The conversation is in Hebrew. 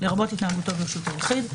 לרבות התנהגותו ברשות היחיד,